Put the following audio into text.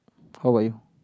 how about you